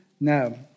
no